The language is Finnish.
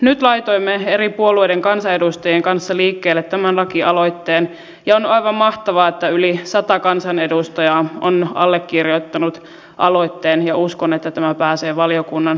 nyt laitoimme eri puolueiden kansanedustajien kanssa liikkeelle tämän lakialoitteen ja on aivan mahtavaa että yli sata kansanedustajaa on allekirjoittanut aloitteen ja uskon että tämä pääsee valiokunnan käsittelyyn